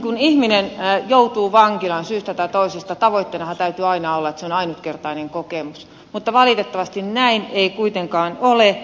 kun ihminen joutuu vankilaan syystä tai toisesta tavoitteenahan täytyy aina olla että se on ainutkertainen kokemus mutta valitettavasti näin ei kuitenkaan ole